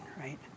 right